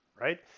right